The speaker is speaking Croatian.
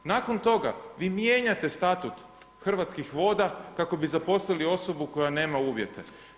Nakon toga vi mijenjate Statut Hrvatskih voda kako bi zaposlili osobu koja nema uvjete.